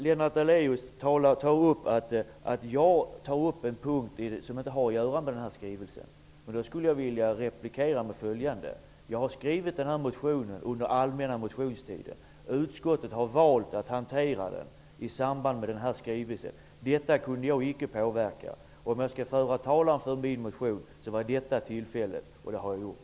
Lennart Daléus påstår att jag tar upp en punkt som inte har med den här skrivelsen att göra. På det vill jag replikera följande: Jag har skrivit motionen under den allmänna motionstiden. Utskottet har valt att hantera den i samband med denna skrivelse. Detta kunde jag inte påverka. Om jag skulle tala för min motion, så var detta tillfället, och det har jag gjort.